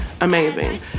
Amazing